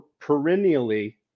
perennially